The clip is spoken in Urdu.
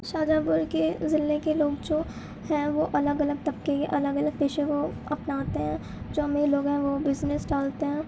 شاہ جہاں پور کے ضلع کے لوگ جو ہیں وہ الگ الگ طبقے کے الگ الگ پیشوں کو اپناتے ہیں جو امیر لوگ ہیں وہ ب زنس ڈالتے ہیں